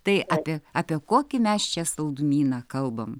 tai apie apie kokį mes čia saldumyną kalbam